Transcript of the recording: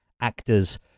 actors